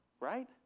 right